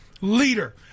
leader